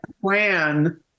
plan